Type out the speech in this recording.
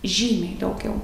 žymiai daugiau